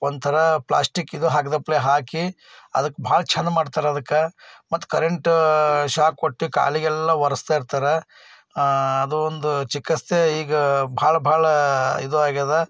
ಒಂಥರ ಪ್ಲಾಸ್ಟಿಕ್ಕಿದು ಹಾಗ್ದಪ್ಲೇ ಹಾಕಿ ಅದಕ್ಕೆ ಭಾಳ ಚೆಂದ ಮಾಡ್ತಾರೆ ಅದಕ್ಕೆ ಮತ್ತೆ ಕರೆಂಟ್ ಶಾಕ್ ಕೊಟ್ಟು ಕಾಲಿಗೆಲ್ಲ ಒರೆಸ್ತಾ ಇರ್ತಾರೆ ಅದು ಒಂದು ಚಿಕಿತ್ಸೆ ಈಗ ಭಾಳ ಭಾಳ ಇದು ಆಗಿದೆ